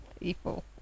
people